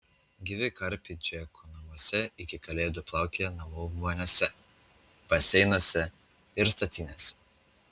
gyvi karpiai čekų namuose iki kalėdų plaukioja namų voniose baseinuose ir statinėse